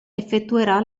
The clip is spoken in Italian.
effettuerà